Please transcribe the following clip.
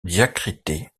diacritée